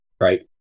right